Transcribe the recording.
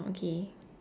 okay